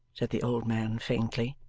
said the old man, faintly.